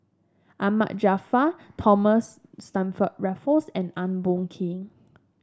Ahmad Jaafar Thomas Stamford Raffles and Eng Boh Kee